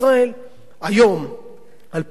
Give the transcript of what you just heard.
על-פי כללי המשכנתה של בנק ישראל,